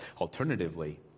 Alternatively